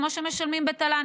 כמו שמשלמים בתל"ן.